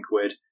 quid